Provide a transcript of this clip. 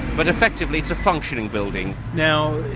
but effectively it's a functioning building. now,